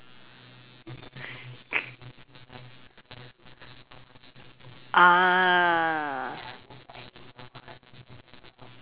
ah